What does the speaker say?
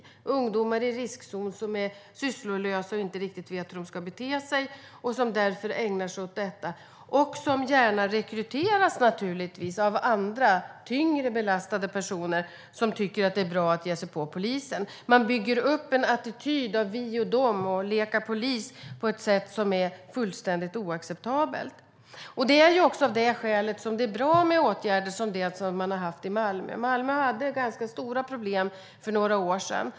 Det är ungdomar i riskzonen som är sysslolösa och inte riktigt vet hur de ska bete sig och som därför ägnar sig åt detta - och som naturligtvis gärna rekryteras av andra, tyngre belastade personer som tycker att det är bra att ge sig på polisen. Man bygger en attityd av vi och de och att leka polis på ett sätt som är fullständigt oacceptabelt. Det är ju också av detta skäl som det är bra med åtgärder som dem man har haft i Malmö. Malmö hade för några år sedan ganska stora problem.